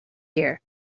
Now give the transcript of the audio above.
here